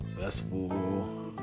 Festival